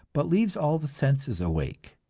but leaves all the senses awake.